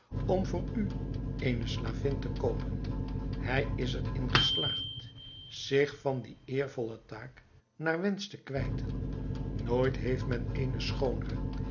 om voor u eene slavin te koopen hij is er in geslaagd zich van die eervolle taak naar wensch te kwijten nooit heeft men eene schoonere